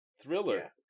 Thriller